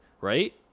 right